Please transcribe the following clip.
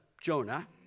Jonah